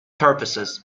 purposes